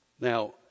Now